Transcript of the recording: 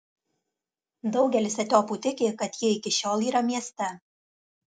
daugelis etiopų tiki kad ji iki šiol yra mieste